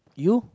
you